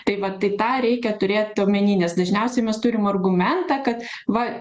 tai vat tai tą reikia turėt omeny nes dažniausiai mes turim argumentą kad va